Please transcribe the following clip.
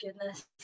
goodness